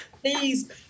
Please